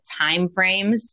timeframes